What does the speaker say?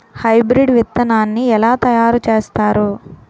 Hybrid విత్తనాన్ని ఏలా తయారు చేస్తారు?